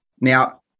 now